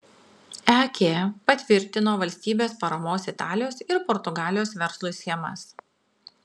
ek patvirtino valstybės paramos italijos ir portugalijos verslui schemas